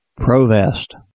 Provest